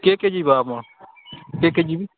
କିଏ କିଏ ଯିବ ଆପଣ କିଏ କିଏ ଯିବି